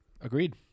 Agreed